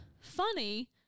funny